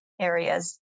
areas